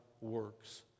works